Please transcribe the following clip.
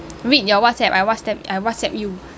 read your whatsapp I whatsapp I whatsapp you